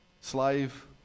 slave